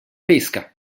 pesca